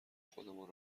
خودمان